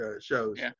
shows